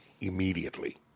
immediately